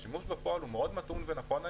השימוש בפועל כיום הוא מתון ונכון,